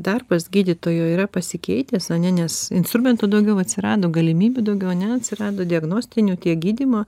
darbas gydytojo yra pasikeitęs ane nes instrumentų daugiau atsirado galimybių daugiau ane atsirado diagnostinių tiek gydymo